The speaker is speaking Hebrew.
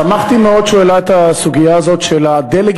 שמחתי מאוד שהוא העלה את הסוגיה הזאת של הדה-לגיטימציה,